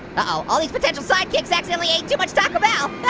oh, all these potential sidekicks accidentally ate too much taco bell.